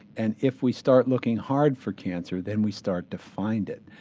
and if we start looking hard for cancer then we start to find it.